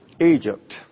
Egypt